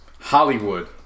Hollywood